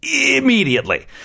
Immediately